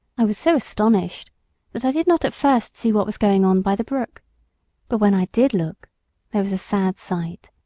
i was so astonished that i did not at first see what was going on by the brook but when i did look there was a sad sight